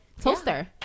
Toaster